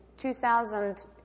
2000